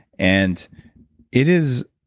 and it is